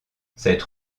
cette